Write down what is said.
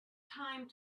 time